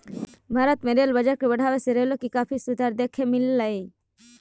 भारत में rail budget के बढ़ावे से रेलों में काफी सुधार देखे मिललई